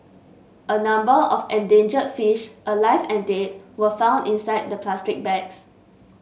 a number of endangered fish alive and dead were found inside the plastic bags